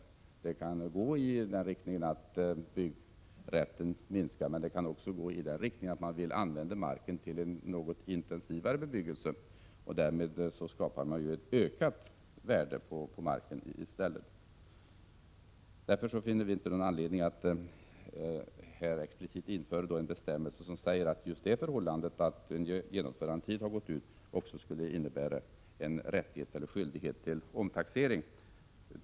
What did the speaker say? Beslutet kan gå i den riktningen att byggrätten minskar, men det kan också gå i den riktningen att man vill använda marken till en något intensivare bebyggelse. Därmed skapar man ett ökat värde på marken. Därför finner utskottsmajoriteten inte någon anledning att explicit införa en bestämmelse som säger att just det förhållandet att en genomförandetid gått ut skulle innebära en rätt eller skyldighet till omtaxering.